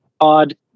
odd